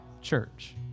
church